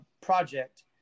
project